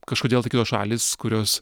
kažkodėl tai kitos šalys kurios